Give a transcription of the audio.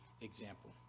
example